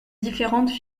différentes